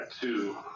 two –